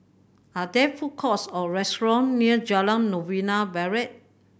are there food courts or restaurant near Jalan Novena Barat